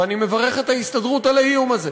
ואני מברך את ההסתדרות על האיום הזה.